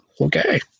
Okay